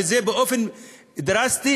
עם זה באופן דרסטי,